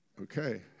Okay